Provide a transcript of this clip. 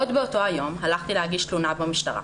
עוד באותו יום הלכתי להגיש תלונה במשטרה.